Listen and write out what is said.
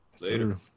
Later